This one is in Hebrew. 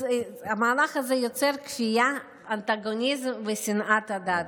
יוצר כפייה, אנטגוניזם ושנאת הדת.